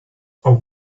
are